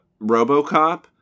RoboCop